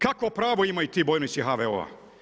Kakvo pravo imaju ti bojnici HVO-a?